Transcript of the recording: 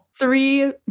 Three